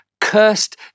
cursed